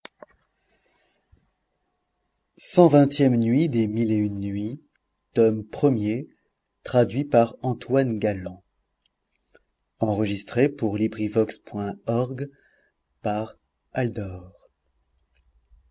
gutenberg's les mille et une nuits